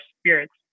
spirits